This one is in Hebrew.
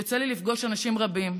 יוצא לי לפגוש אנשים רבים,